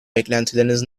beklentileriniz